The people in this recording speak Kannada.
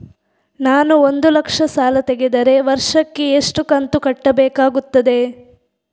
ನಾನು ಒಂದು ಲಕ್ಷ ಸಾಲ ತೆಗೆದರೆ ವರ್ಷಕ್ಕೆ ಎಷ್ಟು ಕಂತು ಕಟ್ಟಬೇಕಾಗುತ್ತದೆ?